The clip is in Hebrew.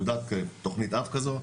תכנית אב כזו,